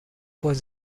was